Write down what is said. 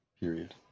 Period